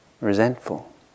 resentful